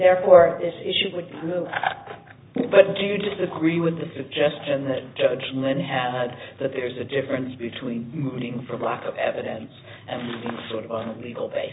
therefore this issue would move but do you disagree with the suggestion that judgment had that there's a difference between being for lack of evidence and sort of legal b